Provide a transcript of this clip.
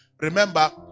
remember